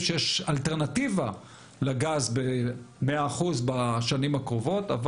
שיש אלטרנטיבה לגז במאה אחוז בשנים הקרובות אבל,